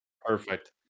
Perfect